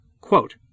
Quote